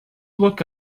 look